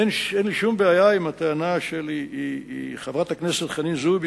אין לי שום בעיה עם הטענה של חברת הכנסת חנין זועבי,